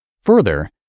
Further